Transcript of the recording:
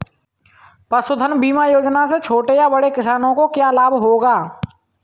पशुधन बीमा योजना से छोटे या बड़े किसानों को क्या लाभ होगा?